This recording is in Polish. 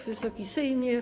Wysoki Sejmie!